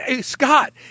Scott